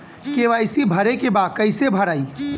KYC भरे के बा कइसे भराई?